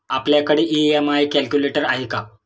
आपल्याकडे EMI calculator आहे का?